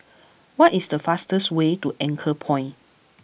what is the fastest way to Anchorpoint